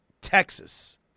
Texas